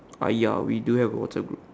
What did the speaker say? ah ya we do have a WhatsApp group